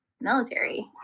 Military